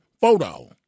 photo